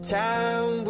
time